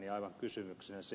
aivan kysymyksenä